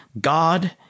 God